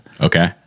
Okay